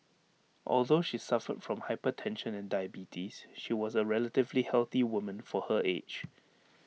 although she suffered from hypertension and diabetes she was A relatively healthy woman for her age